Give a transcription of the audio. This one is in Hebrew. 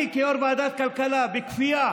אני כיו"ר ועדת הכלכלה, בכפייה